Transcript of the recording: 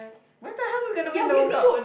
where the hell we gonna win the World Cup